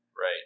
Right